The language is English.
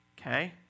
okay